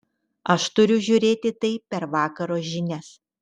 aš turiu žiūrėti tai per vakaro žinias